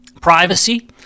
privacy